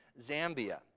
Zambia